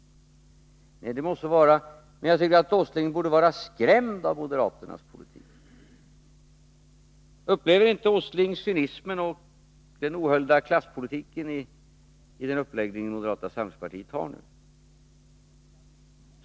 Nej, det må så vara, men jag tycker att Nils Åsling också borde vara skrämd av moderaternas politik. Upplever inte Nils Åsling cynismen och den oerhörda klasspolitiken i moderata samlingspartiets uppläggning?